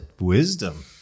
wisdom